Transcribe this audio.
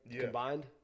combined